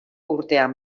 urtean